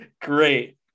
great